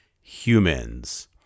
humans